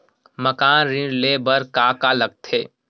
मकान ऋण ले बर का का लगथे?